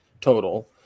total